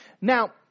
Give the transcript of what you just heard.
Now